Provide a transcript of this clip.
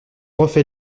refait